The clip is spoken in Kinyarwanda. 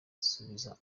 asubiza